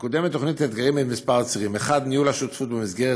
מקודמת תוכנית "אתגרים" בכמה צירים: 1. ניהול השותפות במסגרת